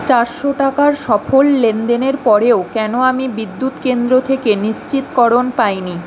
চাএশো টাকার সফল লেনদেনের পরেও কেন আমি বিদ্যুৎ কেন্দ্র থেকে নিশ্চিতকরণ পাই নি